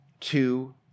two